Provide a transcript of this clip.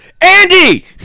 Andy